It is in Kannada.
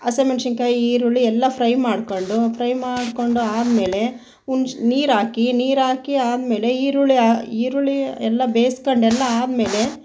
ಹಸಿ ಮೆಣಸಿನಕಾಯಿ ಈರುಳ್ಳಿ ಎಲ್ಲ ಫ್ರೈ ಮಾಡಿಕೊಂಡು ಫ್ರೈ ಮಾಡಿಕೊಂಡು ಆದ ಮೇಲೆ ಹುನ್ಶ್ ನೀರು ಹಾಕಿ ನೀರು ಹಾಕಿ ಆದ ಮೇಲೆ ಈರುಳ್ಳಿ ಆ ಈರುಳ್ಳಿ ಎಲ್ಲ ಬೇಯಿಸ್ಕೊಂಡು ಎಲ್ಲ ಆದ ಮೇಲೆ